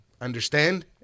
understand